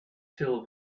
till